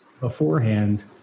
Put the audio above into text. Beforehand